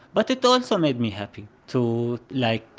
but it also made me happy, to, like,